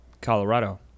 Colorado